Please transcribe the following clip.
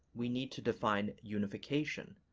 we need to define unification,